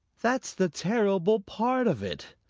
that's the terrible part of it,